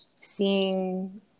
seeing